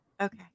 Okay